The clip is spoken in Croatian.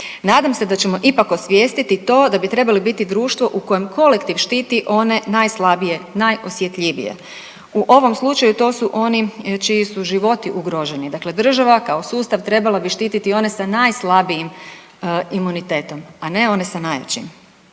Nadam se da ćemo ipak osvijestiti to da bi trebali biti društvo u kojem kolektiv štiti one najslabije, najosjetljivije. U ovom slučaju to su oni čiji su životi ugroženi, dakle država kao sustav trebala bi štititi one sa najslabijim imunitetom, a ne one sa najjačim.